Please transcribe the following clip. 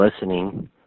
listening